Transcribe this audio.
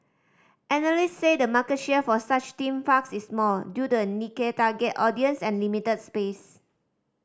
analysts say the market share for such theme parks is small due to a niche target audience and limited space